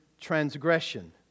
transgression